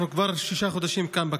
אנחנו כבר שישה חודשים כאן,